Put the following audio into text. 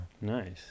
Nice